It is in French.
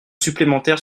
supplémentaires